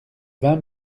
vin